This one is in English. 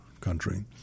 country